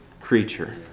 creature